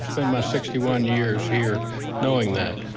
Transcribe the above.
spent my sixty one years here knowing that.